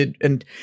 and-